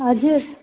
हजुर